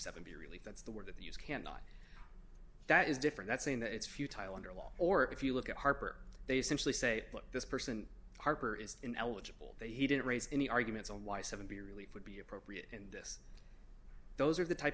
seventy relief that's the word that the u s cannot that is different that's saying that it's futile under law or if you look at harper they simply say look this person harper is ineligible that he didn't raise any arguments on why seventy relief would be appropriate in this those are the type